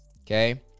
okay